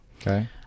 Okay